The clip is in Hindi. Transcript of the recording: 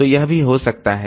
तो यह भी हो सकता है